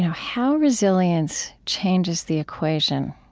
how how resilience changes the equation,